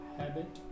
habit